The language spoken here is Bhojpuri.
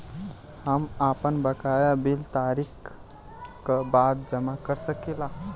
हम आपन बकाया बिल तारीख क बाद जमा कर सकेला?